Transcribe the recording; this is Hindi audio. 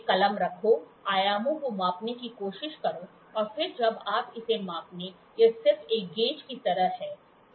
एक कलम रखो आयामों को मापने की कोशिश करो और फिर जब आप इसे मापने यह सिर्फ एक गेज की तरह है